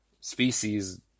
species